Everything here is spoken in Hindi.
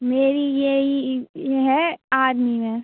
मेरी यही ही है आर्मी में